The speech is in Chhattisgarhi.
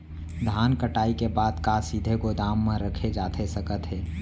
धान कटाई के बाद का सीधे गोदाम मा रखे जाथे सकत हे?